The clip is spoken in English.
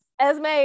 Esme